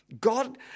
God